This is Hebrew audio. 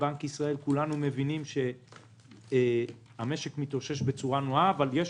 כולנו מבינים שהמשק מתאושש בצורה נאה אבל יש